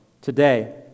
today